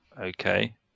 okay